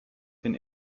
den